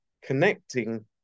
connecting